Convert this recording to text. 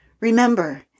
Remember